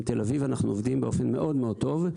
עם תל אביב אנחנו עובדים באופן מאוד מאוד טוב,